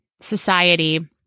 society